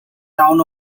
town